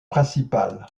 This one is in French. principal